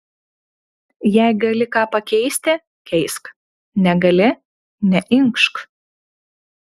jei gali ką pakeisti keisk negali neinkšk